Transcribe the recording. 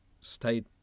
stayed